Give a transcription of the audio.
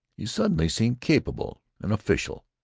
he suddenly seemed capable, an official,